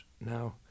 now